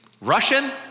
Russian